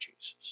Jesus